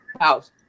house